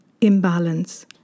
imbalance